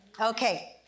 Okay